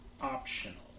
optional